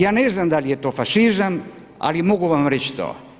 Ja ne znam da li je to fašizam, ali mogu vam reći to.